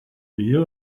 you